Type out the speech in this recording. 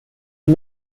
and